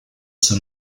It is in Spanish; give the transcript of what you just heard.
son